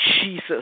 Jesus